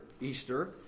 Easter